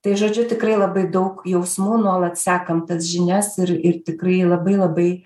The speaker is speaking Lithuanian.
tai žodžiu tikrai labai daug jausmų nuolat sekam tas žinias ir ir tikrai labai labai